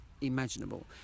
imaginable